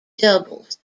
doubles